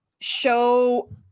show